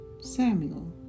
Samuel